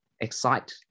excite